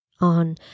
on